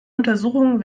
untersuchungen